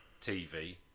TV